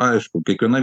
aišku kiekviena